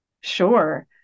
Sure